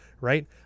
right